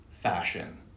fashion